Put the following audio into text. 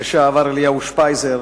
לשעבר אליהו שפייזר